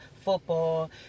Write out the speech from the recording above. football